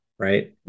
Right